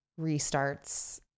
restarts